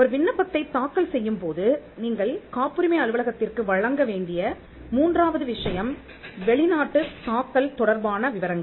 ஒரு விண்ணப்பத்தைத் தாக்கல் செய்யும்போது நீங்கள் காப்புரிமை அலுவலகத்திற்கு வழங்கவேண்டிய மூன்றாவது விஷயம் வெளிநாட்டுத் தாக்கல் தொடர்பான விவரங்கள்